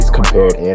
compared